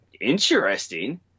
interesting